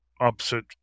opposite